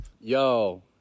Yo